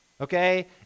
Okay